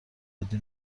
عادی